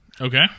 Okay